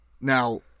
Now